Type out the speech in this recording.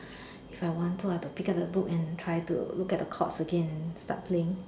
if I want to I've to pick up the book and try to look at the chords again start playing